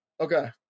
Okay